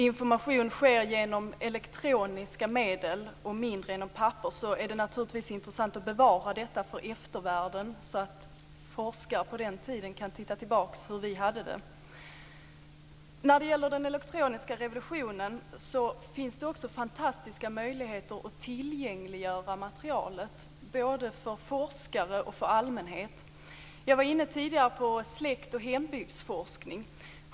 Information sker mer genom elektroniska medel och mindre genom papper. Då är det naturligtvis intressant att bevara detta för eftervärlden, så att forskare i framtiden kan titta tillbaka på hur vi hade det. När det gäller den elektroniska revolutionen finns det också fantastiska möjligheter att tillgängliggöra materialet både för forskare och för allmänhet. Jag var tidigare inne på släkt och hembygdsforskning.